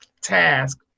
task